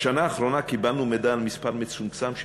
בשנה האחרונה קיבלנו מידע על מספר מצומצם של